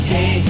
Hey